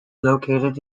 located